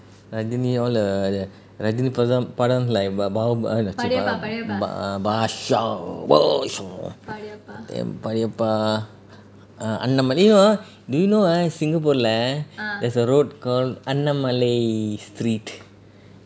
அது நீ:adhu nee all the Rajini பதம் படம்:rajini patham padam Baasha பாட்ஷா:padsha padsha then Padayappa அண்ணாமலை:padaiyappa annamalai do you know ah singapore leh there's a road called அண்ணாமலை:anna malai street